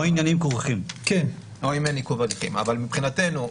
אבל מבחינתנו,